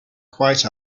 quite